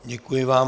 Děkuji vám.